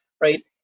right